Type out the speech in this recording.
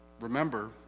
Remember